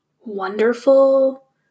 wonderful